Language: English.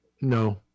No